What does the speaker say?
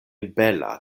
bela